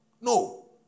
No